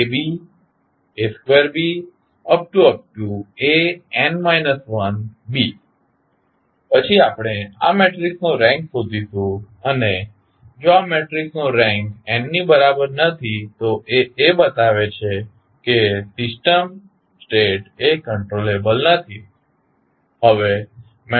પછી આપણે આ મેટ્રિક્સનો રેન્ક શોધીશું અને જો આ મેટ્રિક્સનો રેન્ક n ની બરાબર નથી તો એ બતાવે છે કે સિસ્ટમ સ્ટેટ એ કંટ્રોલેબલ નથી